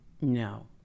no